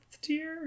tier